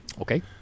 Okay